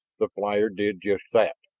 the flyer did just that.